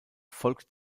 folgt